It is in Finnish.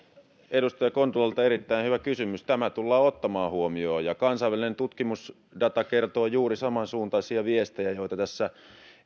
edustaja kontulalta erittäin hyvä kysymys tämä tullaan ottamaan huomioon kansainvälinen tutkimusdata kertoo juuri samansuuntaisia viestejä joita tässä